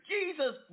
Jesus